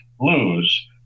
lose